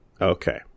Okay